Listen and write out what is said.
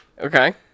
Okay